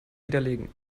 widerlegen